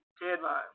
deadline